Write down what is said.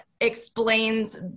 explains